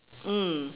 mm